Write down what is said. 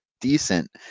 decent